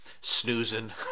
snoozing